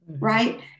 Right